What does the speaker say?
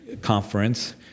conference